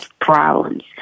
problems